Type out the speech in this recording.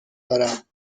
دارم